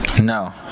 No